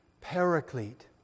paraclete